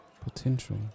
potential